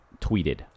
tweeted